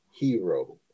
hero